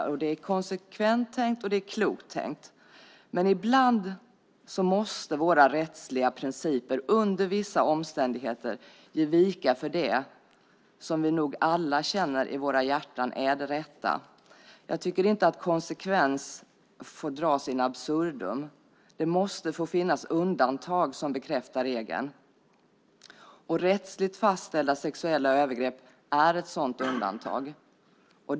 Det är konsekvent och klokt tänkt. Men ibland måste våra rättsliga principer, under vissa omständigheter, ge vika för det som vi nog alla känner i våra hjärtan är det rätta. Konsekvens får inte dras in absurdum. Det måste få finnas undantag som bekräftar regeln. Rättsligt fastställda sexuella övergrepp är ett sådant undantag.